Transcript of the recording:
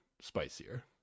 spicier